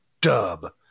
Dub